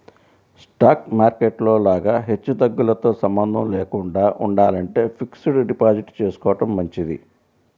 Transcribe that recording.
stock market లో లాగా హెచ్చుతగ్గులతో సంబంధం లేకుండా ఉండాలంటే ఫిక్స్డ్ డిపాజిట్ చేసుకోడం మంచిది